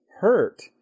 hurt